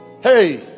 Hey